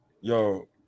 yo